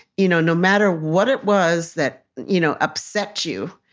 you know, no matter what it was that, you know, upset you,